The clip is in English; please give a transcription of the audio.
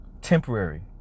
temporary